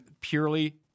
purely